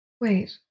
Wait